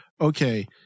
okay